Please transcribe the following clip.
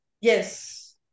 Yes